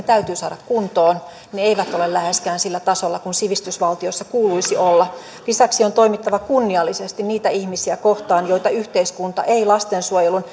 täytyy saada kuntoon ne eivät ole läheskään sillä tasolla kuin sivistysvaltiossa kuuluisi olla lisäksi on toimittava kunniallisesti niitä ihmisiä kohtaan joita yhteiskunta ei lastensuojelun